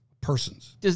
persons